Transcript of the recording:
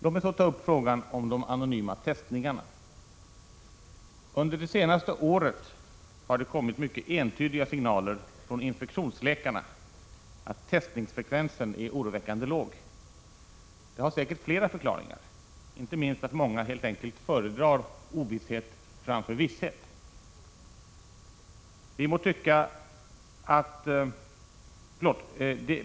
Låt mig så ta upp frågan om de anonyma testningarna. Under det senaste året har det kommit mycket entydiga signaler från infektionsläkarna om att testningsfrekvensen är oroväckande låg. Det har säkert flera förklaringar — inte minst att många helt enkelt föredrar ovisshet framför visshet.